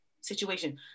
situation